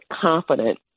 confident